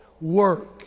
work